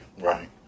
Right